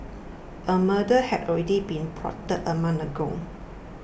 a murder had already been plotted a month ago